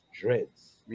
Dreads